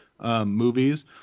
movies